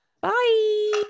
Bye